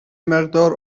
مقدار